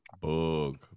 Bug